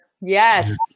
Yes